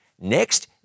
Next